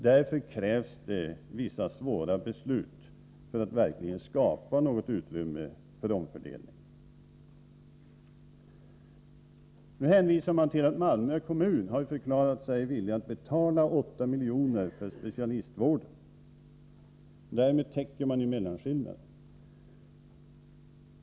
Därför krävs det vissa svåra beslut, som verkligen skapar ett utrymme för en omfördelning. Man hänvisar till att Malmö kommun har förklarat sig villig att betala 8 milj.kr. för specialistvården — därmed täcker man ju mellanskillnaden.